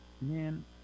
Man